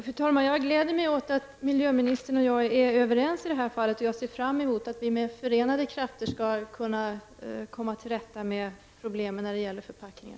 Fru talman! Det gläder mig att miljöministern och jag i det här fallet är överens. Jag ser fram emot att vi med förenade krafter skall kunna komma till rätta med problemen när det gäller förpackningar.